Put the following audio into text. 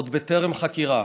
עוד בטרם חקירה.